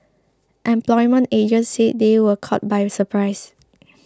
employment agents said they were caught by surprise